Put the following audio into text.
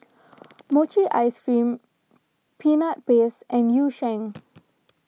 Mochi Ice Cream Peanut Paste and Yu Sheng